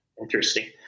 interesting